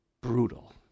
brutal